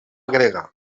grega